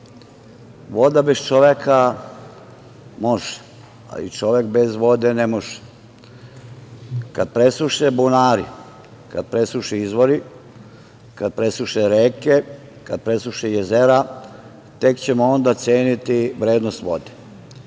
Voda bez čoveka može, ali čovek bez vode ne može. Kad presuše bunari, kad presuše izvori, kad presuše reke, kad presuše jezera, tek ćemo onda ceniti vrednost vode.